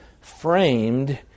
framed